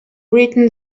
written